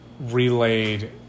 relayed